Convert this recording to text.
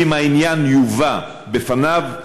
אם העניין יובא בפניו,